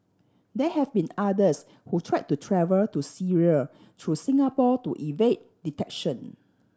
there have been others who tried to travel to Syria through Singapore to evade detection